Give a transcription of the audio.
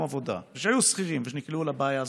עבודה ושהיו שכירים ונקלעו לבעיה הזאת,